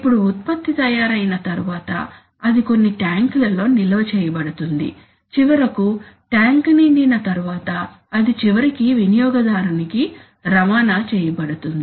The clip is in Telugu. ఇప్పుడు ఉత్పత్తి తయారైన తరువాత అది కొన్ని ట్యాంకులలో నిల్వ చేయబడుతుంది చివరకు ట్యాంక్ నిండిన తరువాత అది చివరికి వినియోగదారునికి రవాణా చేయబడుతుంది